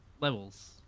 levels